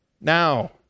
now